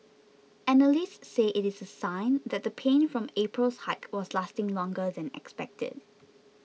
analysts say it is a sign that the pain from April's hike was lasting longer than expected